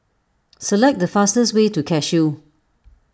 select the fastest way to Cashew